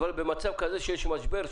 אבל במצב כזה כשיש משבר,